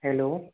hello